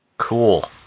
Cool